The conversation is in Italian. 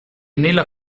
nella